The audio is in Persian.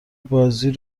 بازی